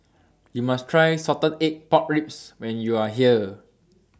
YOU must Try Salted Egg Pork Ribs when YOU Are here